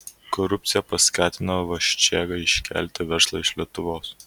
korupcija paskatino vaščėgą iškelti verslą iš lietuvos